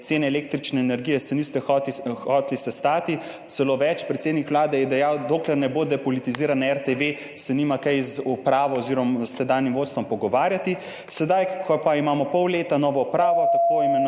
cene električne energije, se niste hoteli sestati. Celo več, predsednik Vlade je dejal, da dokler ne bo depolitizirane RTV, se nima kaj z upravo oziroma s tedanjim vodstvom pogovarjati, sedaj ko pa imamo pol leta novo upravo, tako imenovani